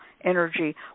energy